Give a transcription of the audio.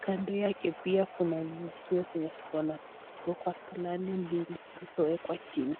Kando yake pia Kuna maziwa zenye ziko kwa kalani,(cs), mbili zilizowekwa chini.